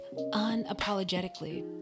unapologetically